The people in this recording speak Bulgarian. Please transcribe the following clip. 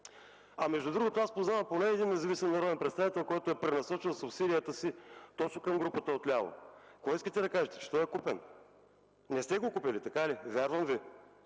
Между другото, познавам поне един независим народен представител, който е пренасочил субсидията си точно към групата отляво. Какво искате да кажете – че той е купен? Не сте го купили, така ли? Вярвам Ви.